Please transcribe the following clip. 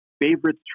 favorite